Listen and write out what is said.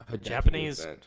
Japanese